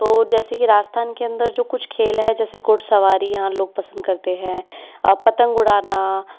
तो जैसे के राजस्थान के अंदर जो कुछ खेल हैं जैसे घुड़सवारी यहाँ लोग पसंद करते हैं पतंग उड़ाना